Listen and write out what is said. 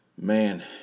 man